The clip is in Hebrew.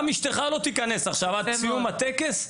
גם אשתך לא תיכנס עכשיו עד סיום הטקס,